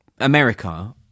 America